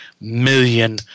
million